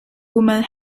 women